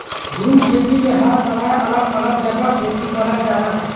झूम खेती में हर समय अलग अलग जगह खेती करल जाला